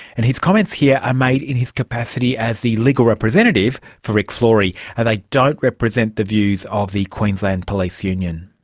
and his comments here are made in his capacity as the legal representative for rick flori and they don't represent the views of the queensland police union.